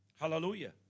hallelujah